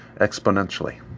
exponentially